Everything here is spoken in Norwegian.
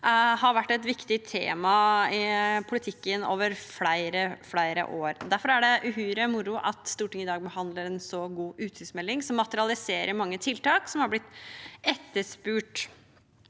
har vært et viktig tema i politikken over flere år. Derfor er det uhyre moro at Stortinget i dag behandler en så god utsynsmelding som materialiserer mange tiltak som har blitt etterspurt.